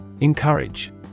Encourage